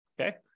Okay